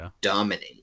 dominate